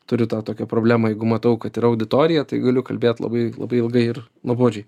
turiu tą tokią problemą jeigu matau kad yra auditorija tai galiu kalbėt labai labai ilgai ir nuobodžiai